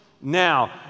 now